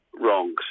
wrongs